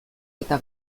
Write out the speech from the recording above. eta